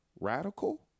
radical